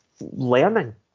learning